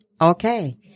Okay